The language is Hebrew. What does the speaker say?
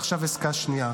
ועכשיו עסקה שנייה,